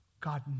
God